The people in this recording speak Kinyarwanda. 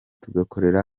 tugakorera